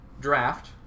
draft